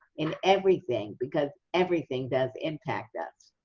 in everything, because everything does impact us.